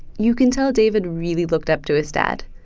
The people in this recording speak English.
you can tell david really looked up to his dad.